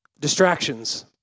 distractions